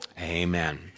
amen